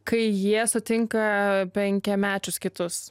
kai jie sutinka penkiamečius kitus